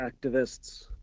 activists